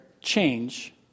change